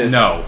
no